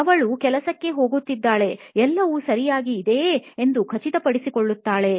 ಅವಳು ಕೆಲಸಕ್ಕೆ ಹೋಗುತ್ತಿದ್ದಾಳೆ ಎಲ್ಲವು ಸರಿಯಾಗಿ ಇದೆಯೇ ಎಂದು ಖಚಿತಪಡಿಸಿಕೊಳ್ಳುತ್ತಾಳೆ